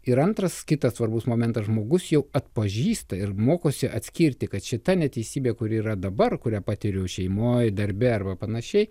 ir antras kitas svarbus momentas žmogus jau atpažįsta ir mokosi atskirti kad šita neteisybė kuri yra dabar kurią patiriu šeimoj darbe arba panašiai